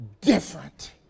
different